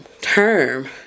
term